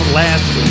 last